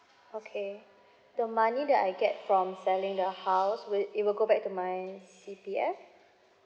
okay the money that I get from selling the house will it will go back to my C_P_F